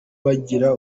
bagira